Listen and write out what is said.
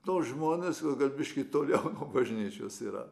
tuos žmones juos gal biški toliau bažnyčios yra